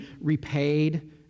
repaid